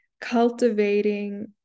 cultivating